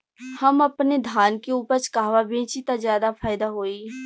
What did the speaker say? हम अपने धान के उपज कहवा बेंचि त ज्यादा फैदा होई?